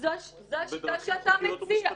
זו השיטה שאתה מציע.